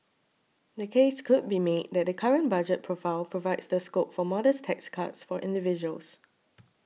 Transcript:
the case could be made that the current budget profile provides the scope for modest tax cuts for individuals